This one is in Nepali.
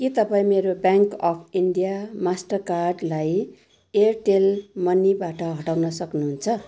के तपाईँ मेरो ब्याङ्क अफ इन्डिया मास्टरकार्डलाई एयरटेल मनीबाट हटाउन सक्नुहुन्छ